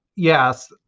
Yes